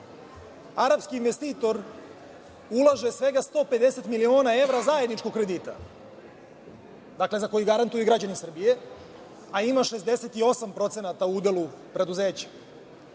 arapski investitor ulaže svega 150 miliona evra zajedničkog kredita, dakle, za koji garantuju građani Srbije, a ima 68% u udelu preduzeća.